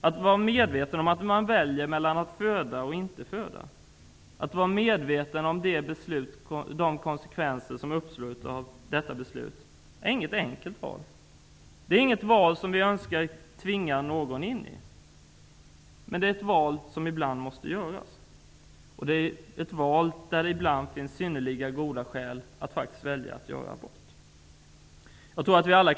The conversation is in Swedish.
Att vara medveten om att man väljer mellan att föda och att inte föda och att vara medveten om de konsekvenser som följer av beslutet är inte någonting enkelt. Det är inte ett val vi vill tvinga någon till, men det är ett val som ibland måste göras. Ibland finns det synnerligen goda skäl att faktiskt välja abort.